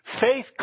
Faith